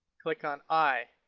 click on i,